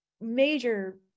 major